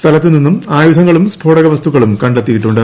സ്ഥലത്ത് നിന്ന് ആയുധങ്ങളും സ്ഫോടക വസ്തുക്കളും കണ്ടെടുത്തിട്ടുണ്ട്